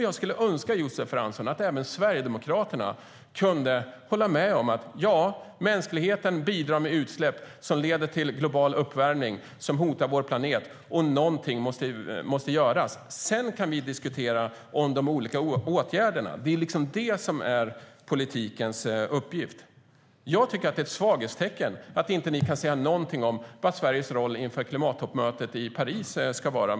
Jag skulle önska, Josef Fransson, att även Sverigedemokraterna kunde hålla med om att mänskligheten bidrar med utsläpp som leder till global uppvärmning som hotar vår planet och att något måste göras. Sedan kan vi diskutera de olika åtgärderna. Det är politikens uppgift. Jag tycker att det är ett svaghetstecken att ni inte kan säga något om vad Sveriges roll inför klimattoppmötet i Paris ska vara.